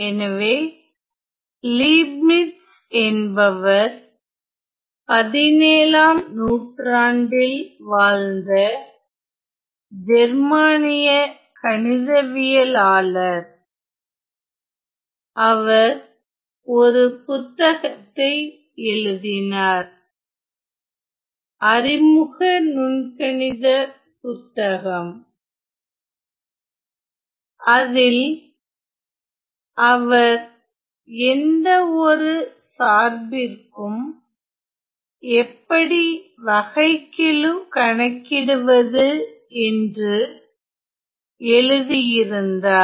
எனவே லீப்னிஸ் என்பவர் 17 ம் நூற்றாண்டில் வாழ்ந்த ஜெர்மானிய கணிதவியலாளர் அவர் ஒரு புத்தகத்தை எழுதினார்அறிமுக நுண்கணித புத்தகம் அதில் அவர் எந்த ஒரு சார்பிற்கும் எப்படி வகைக்கெழு கணக்கிடுவது என்று எழுதியிருந்தார்